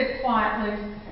quietly